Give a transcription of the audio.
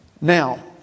Now